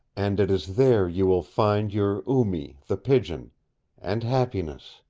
and it is there you will find your oo-mee the pigeon and happiness.